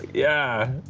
yeah,